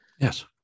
yes